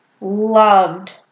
loved